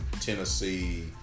Tennessee